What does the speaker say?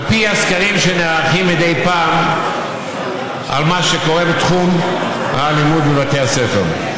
על פי הסקרים שנערכים מדי פעם על מה שקורה בתחום האלימות בבתי הספר.